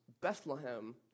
Bethlehem